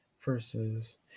versus